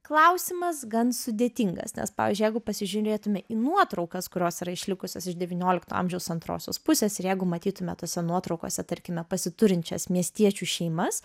klausimas gan sudėtingas nes pavyzdžiui jeigu pasižiūrėtume į nuotraukas kurios yra išlikusios iš devyniolikto amžiaus antrosios pusės ir jeigu matytume tose nuotraukose tarkime pasiturinčias miestiečių šeimas